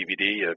DVD